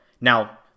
Now